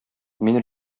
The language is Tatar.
мин